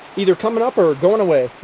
either coming up or going away.